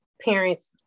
parents